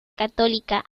católica